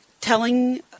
telling